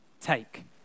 Take